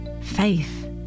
faith